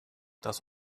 das